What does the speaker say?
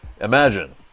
imagine